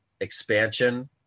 expansion